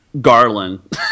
Garland